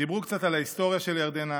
דיברו קצת על ההיסטוריה של ירדנה,